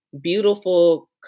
beautiful